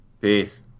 Peace